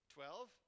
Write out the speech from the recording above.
Twelve